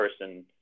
person